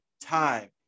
time